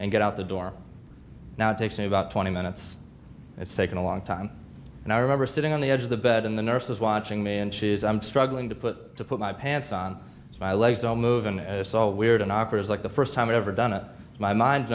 and get out the door now it takes me about twenty minutes it's taken a long time and i remember sitting on the edge of the bed and the nurse was watching me and she's i'm struggling to put to put my pants on fire legs don't move and it's all weird and operates like the first time ever done it my mind